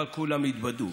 אבל כולם יתבדו,